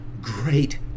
great